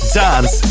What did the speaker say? dance